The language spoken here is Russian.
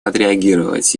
отреагировать